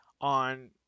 on